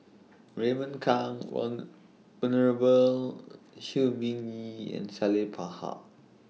Raymond Kang Win Venerable Shi Ming Yi and Salleh